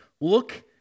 look